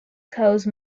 cause